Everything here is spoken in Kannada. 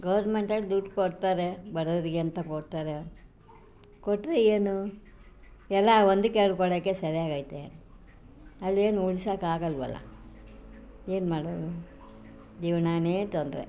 ಗೌರ್ಮೆಂಟಲ್ಲಿ ದುಡ್ಡು ಕೊಡ್ತಾರೆ ಬಡವರಿಗೆ ಅಂತ ಕೊಡ್ತಾರೆ ಕೊಟ್ಟರೆ ಏನು ಎಲ್ಲ ಒಂದಕ್ಕೆ ಎರಡು ಕೊಡೋಕೆ ಸರಿಯಾಗೈತೆ ಅಲ್ಲೇನು ಉಳಿಸೋಕಾಗಲ್ವಲ್ಲ ಏನು ಮಾಡೋದು ಜೀವನವೇ ತೊಂದರೆ